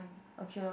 okay lor